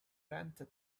rented